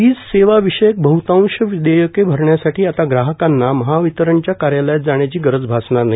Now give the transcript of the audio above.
वीज सेवाविषयक बहतांश देयके भरण्यासाठी आता ग्राहकांना महावितरणच्या कार्यालयात जाण्याची गरज भासणार नाही